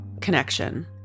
connection